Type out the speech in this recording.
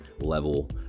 level